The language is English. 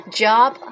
job